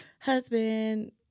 husband